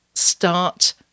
start